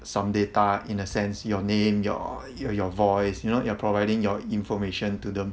some data in a sense your name your yo~ your voice you know you are providing your information to them